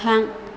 थां